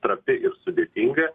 trapi ir sudėtinga